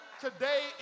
Today